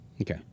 Okay